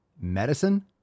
Medicine